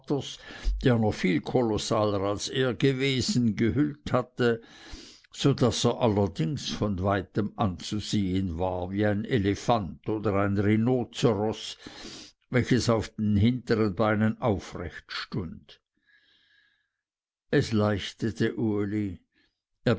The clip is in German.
der noch viel kolossaler als er gewesen gehüllt hatte so daß er allerdings von weitem anzusehen war wie ein elefant oder ein rhinozeros welches auf den hintern beinen aufrecht stund es leichtete uli